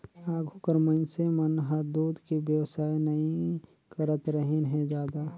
आघु कर मइनसे मन हर दूद के बेवसाय नई करतरहिन हें जादा